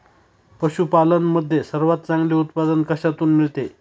पशूपालन मध्ये सर्वात चांगले उत्पादन कशातून मिळते?